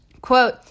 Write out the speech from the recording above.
quote